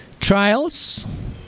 trials